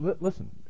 Listen